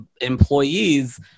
employees